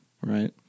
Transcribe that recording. Right